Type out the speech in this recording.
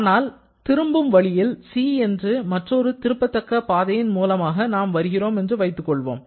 ஆனால் திரும்பும் வழியில் 'c' என்ற மற்றொரு திரும்பத்தக்க பாதையின் மூலமாக நாம் வருகிறோம் என்று வைத்து கொள்வோம்